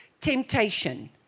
temptation